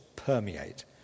permeate